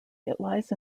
lies